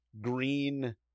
green